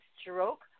stroke